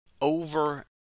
over